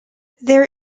there